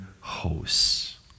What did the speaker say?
hosts